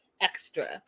extra